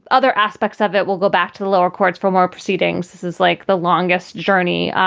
other aspects of it will go back to the lower courts from our proceedings. this is like the longest journey.